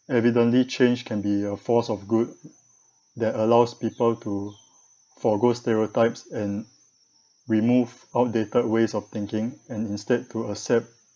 evidently change can be a force of good that allows people to forgo stereotypes and remove outdated ways of thinking and instead to accept